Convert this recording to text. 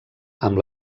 amb